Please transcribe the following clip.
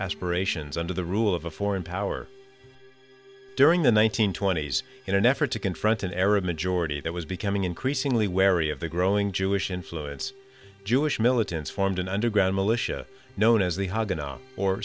aspirations under the rule of a foreign power during the one nine hundred twenty s in an effort to confront an arab majority that was becoming increasingly wary of the growing jewish influence jewish militants formed an underground militia known as the